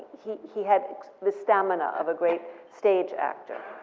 he he had the stamina of a great stage actor,